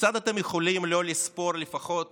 כיצד אתם יכולים לא לספור לפחות